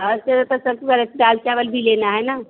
हर है दाल चावल भी लेना है न